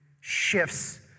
shifts